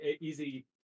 easy